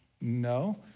No